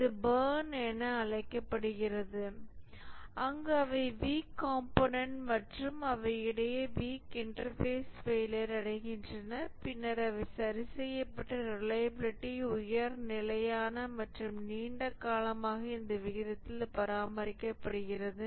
இது பர்ன் என அழைக்கப்படுகிறது அங்கு அவை வீக் கம்போனன்ட் மற்றும் அவை இடையே வீக் இன்டர்பேஸ் ஃபெயிலியர் அடைகின்றன பின்னர் அவை சரிசெய்யப்பட்டு ரிலையபிலிடி உயர் நிலையான மற்றும் நீண்ட காலமாக இந்த விகிதத்தில் பராமரிக்கப்படுகிறது